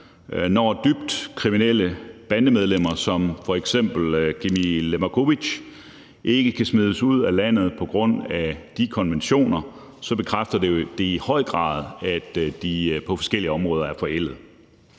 Når dybt kriminelle bandemedlemmer som f.eks. Gimi Levakovic ikke kan smides ud af landet på grund af de konventioner, bekræfter det jo i høj grad, at de på forskellige områder er forældede.